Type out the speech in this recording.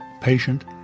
patient